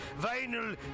Vinyl